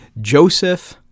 Joseph